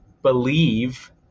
believe